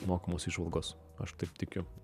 mokamos įžvalgos aš taip tikiu